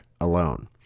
alone